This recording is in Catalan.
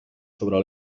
sobre